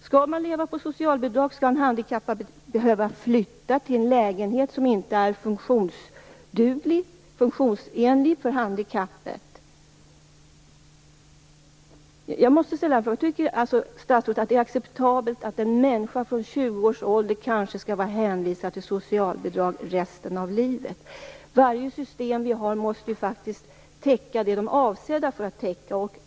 Skall man leva på socialbidrag, eller skall en handikappad behöva flytta till en lägenhet som inte är funktionsanpassad? Varje system måste faktiskt täcka det som systemet är avsett att täcka.